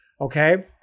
okay